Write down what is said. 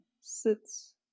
sits